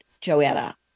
Joanna